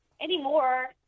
anymore